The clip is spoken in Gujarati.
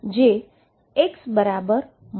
જે x ∞ તરફ જશે